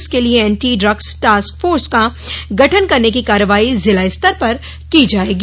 इसके लिए anti drugs task force का गठन करने की कार्रवाई जिला स्तर पर की जाएगी